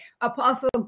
Apostle